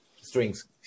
strings